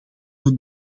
het